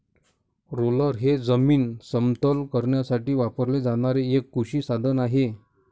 roller हे जमीन समतल करण्यासाठी वापरले जाणारे एक कृषी साधन आहे